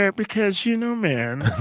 ah because you know, man,